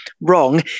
wrong